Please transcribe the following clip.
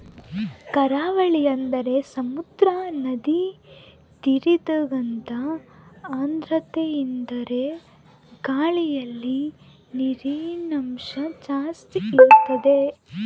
ಕರಾವಳಿ ಅಂದರೆ ಸಮುದ್ರ, ನದಿ ತೀರದಗಂತೂ ಆರ್ದ್ರತೆಯೆಂದರೆ ಗಾಳಿಯಲ್ಲಿ ನೀರಿನಂಶ ಜಾಸ್ತಿ ಇರುತ್ತದೆ